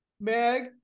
Meg